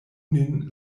nin